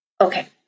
Okay